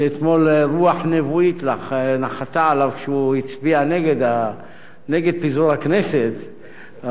שאתמול רוח נבואית נחתה עליו כשהוא הצביע נגד פיזור הכנסת,